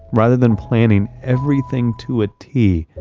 rather than planning everything to a t,